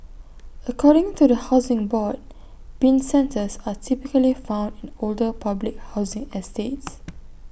according to the Housing Board Bin centres are typically found in older public housing estates